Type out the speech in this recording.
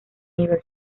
nivel